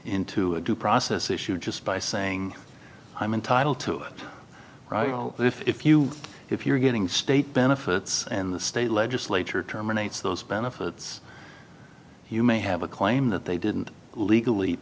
into a due process issue just by saying i'm entitled to it if you if you're getting state benefits and the state legislature terminates those benefits you may have a claim that they didn't legally